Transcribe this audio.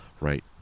Right